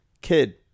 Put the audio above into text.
kid